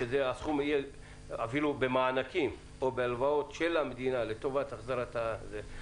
שהסכום יהיה אפילו במענקים או בהלוואות של המדינה לטובת החזרת הכספים.